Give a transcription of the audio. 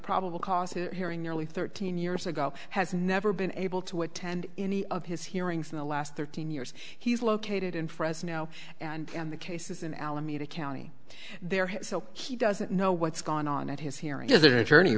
probable cause hearing nearly thirteen years ago has never been able to attend any of his hearings in the last thirteen years he is located in fresno and the case is in alameda county there so he doesn't know what's gone on at his hearing his attorney